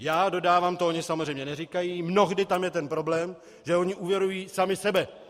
Já dodávám, to oni samozřejmě neříkají, mnohdy tam je ten problém, že oni úvěrují sami sebe.